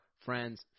friends